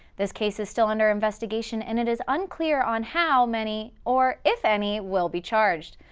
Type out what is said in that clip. this case is still under investigation and it is unclear on how many or if any will be charged.